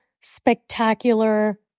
spectacular